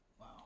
Wow